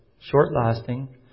short-lasting